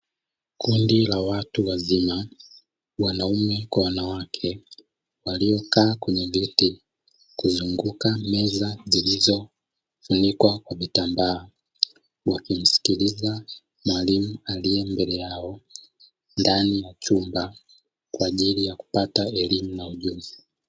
Kundi la watu wazima wanaume kwa wanawake waliokaa kwenye viti kuzunguka meza zilizofukwa kwa vitambaa, wakimsikiliza mwalimu aliye mbele yao ndani ya chumba kwajlili ya kupata elimu na ujuzi.